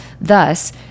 Thus